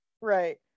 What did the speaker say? Right